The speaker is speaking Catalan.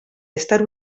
estar